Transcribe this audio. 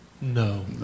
no